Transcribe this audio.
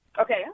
Okay